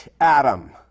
Adam